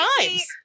times